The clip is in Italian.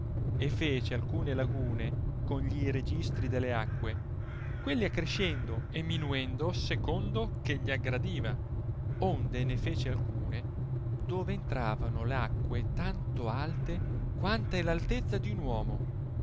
e fece alcune lagune con gli registri delle acque quelle accrescendo e minuendo secondo che gli aggradiva onde ne fece alcune dove entravano l'acque tanto alte quanta è l'aitezza d un uomo